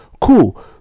Cool